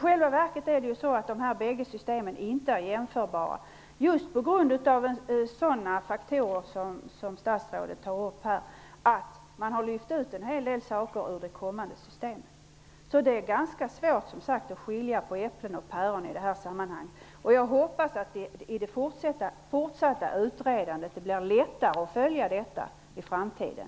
I själva verket är de bägge systemen inte jämförbara, just på grund av sådana faktorer som statsrådet tar upp här, att man har lyft ut en hel del saker ur det kommande systemet. Så det är som sagt ganska svårt att skilja på äpplen och päron i det här sammanhanget. Jag hoppas att det fortsatta utredandet skall leda till att det blir lättare att göra det i framtiden.